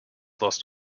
lost